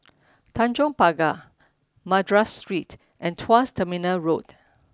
Tanjong Pagar Madras Street and Tuas Terminal Road